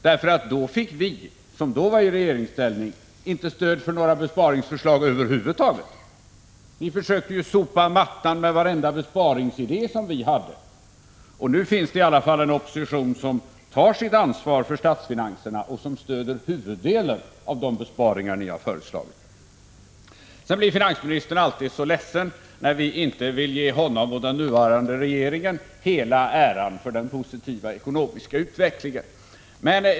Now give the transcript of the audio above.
Då fick vi, som vid den tidpunkten var i regeringsställning, inte stöd för några besparingsförslag över huvud taget. Ni försökte ju sopa bort varje besparingsidé som vi hade. Nu finns det i alla fall en opposition som tar sitt ansvar för statsfinanserna och som stöder huvuddelen av de besparingar som ni har föreslagit. Sedan blir finansministern alltid så ledsen när vi inte vill ge honom och den nuvarande regeringen hela äran för den positiva ekonomiska utvecklingen.